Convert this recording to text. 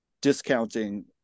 discounting